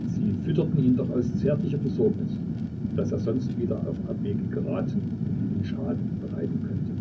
sie fütterten ihn doch aus zärtlicher besorgnis daß er sonst wieder auf abwege geraten und ihnen schaden bereiten könnte